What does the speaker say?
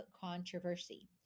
controversy